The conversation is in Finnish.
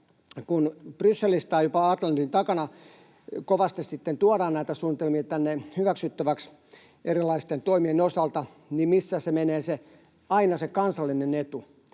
kun Brysselistä tai jopa Atlantin takaa kovasti sitten tuodaan näitä suunnitelmia tänne hyväksyttäväksi erilaisten toimien osalta — että missä menee aina se kansallinen etu.